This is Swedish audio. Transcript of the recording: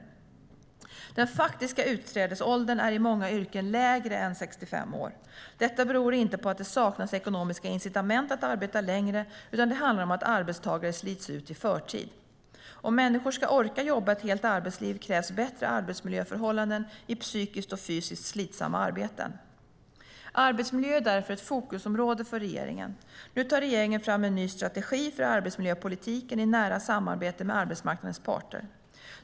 Arbetsmiljö är därför ett fokusområde för regeringen. Nu tar regeringen fram en ny strategi för arbetsmiljöpolitiken i nära samarbete med arbetsmarknadens parter.